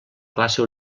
classe